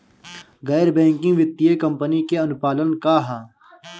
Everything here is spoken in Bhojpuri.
गैर बैंकिंग वित्तीय कंपनी के अनुपालन का ह?